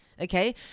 okay